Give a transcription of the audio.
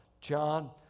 John